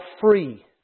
free